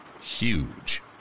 huge